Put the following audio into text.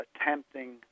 attempting